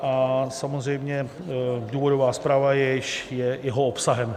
A samozřejmě důvodová zpráva je již jeho obsahem.